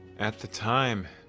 at the time,